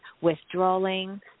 withdrawing